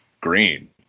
green